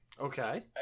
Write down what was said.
okay